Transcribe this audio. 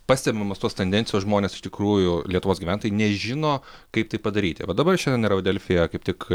pastebimos tos tendencijos žmonės iš tikrųjų lietuvos gyventojai nežino kaip tai padaryti va dabar šiandien yra va delfyje kaip tik